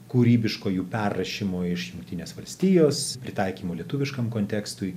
kūrybiško jų perrašymo iš jungtinės valstijos pritaikymo lietuviškam kontekstui